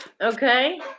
Okay